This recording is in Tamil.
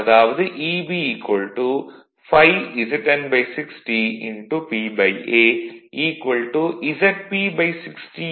அதாவது Eb ∅ZN60 PA ZP 60A∅N